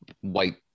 white